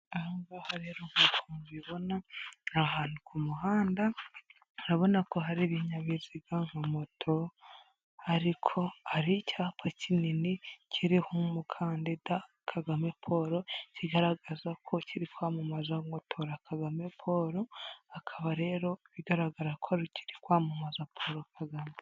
Aha ngaha rero, nk'uko mubibona ni hantu ku muhanda murabona ko hari ibinyabiziga nka moto, ariko hari icyapa kinini kiriho umukandida Kagame Paul. Kigaragaza ko kiri kwamamaza ngo tora Kagame Paul akaba rero bigaragara ko kiri kwamamaza Paul Kagame.